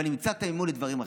אבל נמצא את המימון לדברים אחרים.